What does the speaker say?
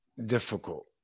difficult